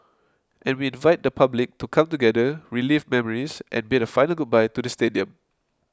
and we invite the public to come together relive memories and bid a final goodbye to the stadium